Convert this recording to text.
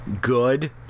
good